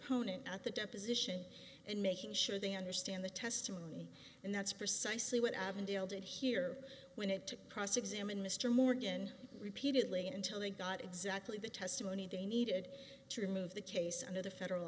at the deposition and making sure they understand the testimony and that's precisely what avondale did here when it to cross examine mr morgan repeatedly until they got exactly the testimony they needed to move the case under the federal